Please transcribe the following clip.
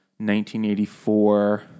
1984